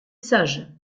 sage